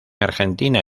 argentina